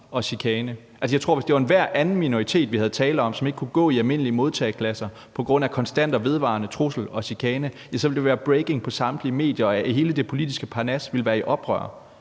og chikane. Jeg tror, at hvis det var enhver anden minoritet, vi havde tale om, som ikke kunne gå i almindelige modtageklasser på grund af konstante og vedvarende trusler og chikane, så ville det være breaking news i samtlige medier, og hele det politiske parnas ville være i oprør.